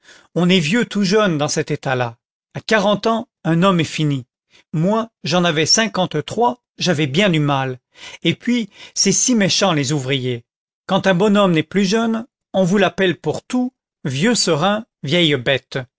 on est vieux tout jeune dans cet état-là à quarante ans un homme est fini moi j'en avais cinquante-trois j'avais bien du mal et puis c'est si méchant les ouvriers quand un bonhomme n'est plus jeune on vous l'appelle pour tout vieux serin vieille bête